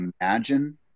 imagine